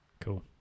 Cool